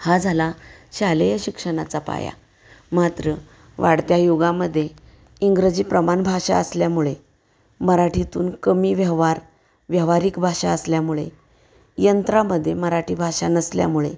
हा झाला शालेय शिक्षणाचा पाया मात्र वाढत्या युगामध्ये इंग्रजी प्रमाण भाषा असल्यामुळे मराठीतून कमी व्यवहार व्यावहारिक भाषा असल्यामुळे यंत्रामध्ये मराठी भाषा नसल्यामुळे